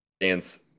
dance